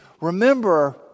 remember